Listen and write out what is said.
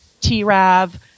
T-Rav